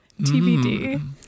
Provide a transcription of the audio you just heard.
tbd